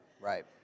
Right